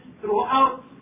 throughout